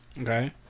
Okay